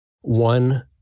One